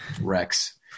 Rex